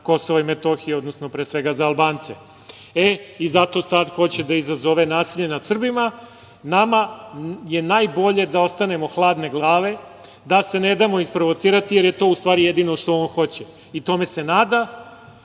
Kosova i Metohije, odnosno pre svega za Albance, zato sad hoće da izazove nasilje nad Srbima. Nama je najbolje da ostanemo hladne glave, da se ne damo isprovocirati, jer je to, u stvari, jedino što on hoće i tome se nada. To